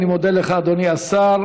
אני מודה לך, אדוני השר.